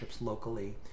locally